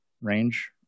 range